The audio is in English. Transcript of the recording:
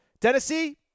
Tennessee